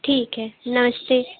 ठीक है नमस्ते